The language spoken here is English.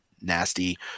nasty